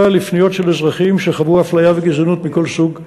לפניות של אזרחים שחוו אפליה וגזענות מכל סוג שהוא.